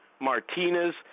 Martinez